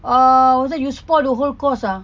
ah was that you you spoil the whole course ah